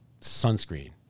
sunscreen